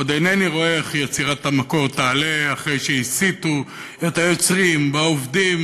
עוד אינני רואה איך יצירת המקור תעלה אחרי שהסיתו את היוצרים בעובדים,